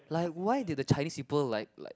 like why did the Chinese people like like